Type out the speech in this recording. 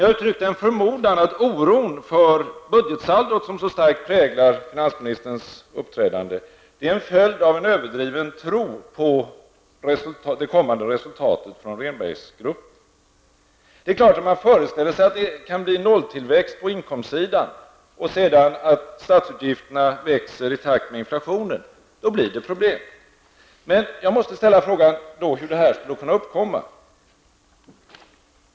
Jag uttryckte en förmodan att oron för budgetsaldot som så starkt präglat finansministerns uppträdande är en följd av en överdriven tro på det kommande resultatet från Rehnbergsgruppen. Om man föreställer sig att det kan bli nolltillväxt på inkomstsidan och att statsutgifterna växer i takt med inflationen, då blir det problem. Men jag måste då ställa frågan hur detta skulle kunna uppkomma.